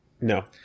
No